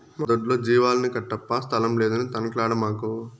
మా దొడ్లో జీవాలను కట్టప్పా స్థలం లేదని తనకలాడమాకు